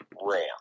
Ram